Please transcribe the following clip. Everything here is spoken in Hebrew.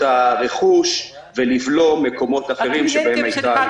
הרכוש ולבלום מקומות אחרים שבהם יש עבירות.